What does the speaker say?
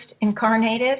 incarnated